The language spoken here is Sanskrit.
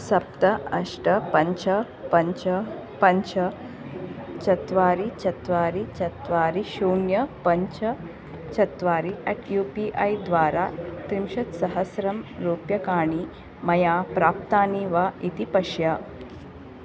सप्त अष्ट पञ्च पञ्च पञ्च चत्वारि चत्वारि चत्वारि शून्य पञ्च चत्वारि अट् यु पि ऐ द्वारा त्रिंशत्सहस्ररूप्यकाणि मया प्राप्तानि वा इति पश्य